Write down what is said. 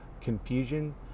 confusion